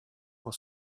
pour